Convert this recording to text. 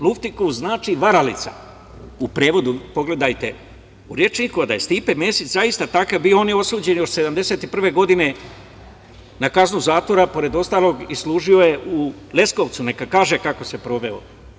Luftiguz znači varalica u prevodu pogledajte u rečniku, a da je Stipe Mesić zaista takav bio, on je osuđen još 1971. godine na kaznu zatvora pored ostalog i služio je u Leskovcu, neka kaže kako se proveo.